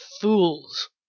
fools